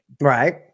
Right